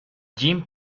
jean